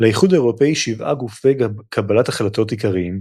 לאיחוד האירופי שבעה גופי קבלת החלטות עיקריים,